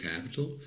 capital